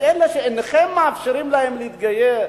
את אלה שאינכם מאפשרים להם להתגייר,